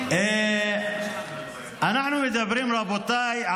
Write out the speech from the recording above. רבותיי,